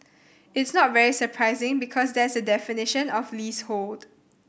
it's not very surprising because that's the definition of leasehold